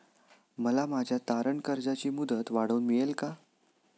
मला माझ्या तारण कर्जाची मुदत वाढवून मिळेल का?